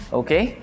okay